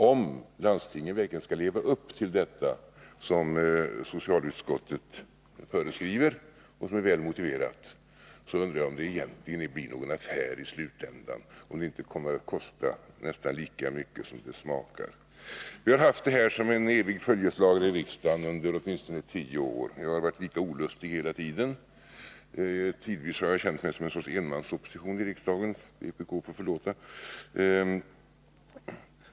Om landstingen verkligen skall leva upp till vad socialutskottet föreskriver — och det är välmotiverat — undrar jag om det egentligen blir någon affär, om det inte kommer att kosta nästan lika mycket som det smakar. Vi har haft den här frågan som följeslagare i riksdagen under åtminstone Nr 41 tio år. Jag har känt mig litet olustig inför den hela tiden. Tidvis har jag känt Onsdagen den mig som en enmansopposition i riksdagen — vpk får förlåta!